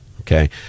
okay